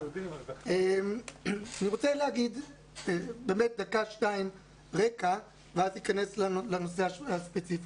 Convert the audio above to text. אני רוצה להגיד בדקה שתיים רקע ואז ניכנס לנושא הספציפי.